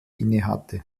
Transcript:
innehatte